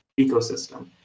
ecosystem